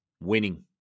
winning